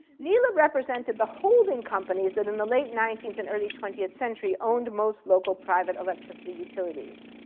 nela represented the holding companies that in the late nineteenth and early twentieth century owned most local private electricity utilities.